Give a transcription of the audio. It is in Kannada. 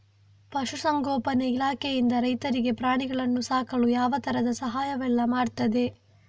ಪಶುಸಂಗೋಪನೆ ಇಲಾಖೆಯಿಂದ ರೈತರಿಗೆ ಪ್ರಾಣಿಗಳನ್ನು ಸಾಕಲು ಯಾವ ತರದ ಸಹಾಯವೆಲ್ಲ ಮಾಡ್ತದೆ?